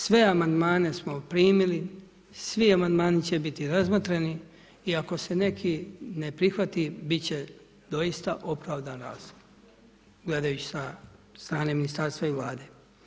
Sve amandmane smo primili, svi amandmani će biti razmotreni i ako se neki ne prihvati, biti će doista opravdan razlog sa strane Ministarstva i Vlade.